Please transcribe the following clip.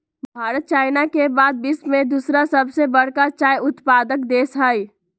Bharat China के बाद विश्व में दूसरा सबसे बड़का चाय उत्पादक देश हई